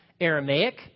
Aramaic